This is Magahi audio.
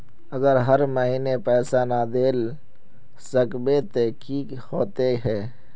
अगर हर महीने पैसा ना देल सकबे ते की होते है?